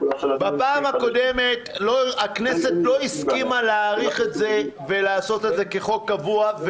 בפעם הקודמת הכנסת לא הסכימה להאריך את זה ולעשות את זה כחוק קבוע.